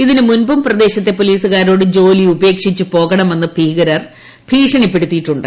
ഇതിന് മുൻപും ഷ്യദേൾത്തെ പോലീസുകാരോട് ജോലി ഉപേക്ഷിച്ചു പോകണമെന്ന് ഭീകരർ ഭീഷണിപ്പെടുത്തിയിട്ടുണ്ട്